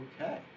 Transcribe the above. Okay